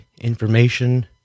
information